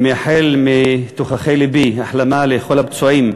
ומאחל מתוככי לבי החלמה לכל הפצועים.